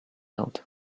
out